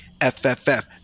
fff